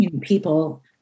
people